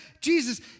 Jesus